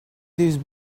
these